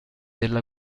della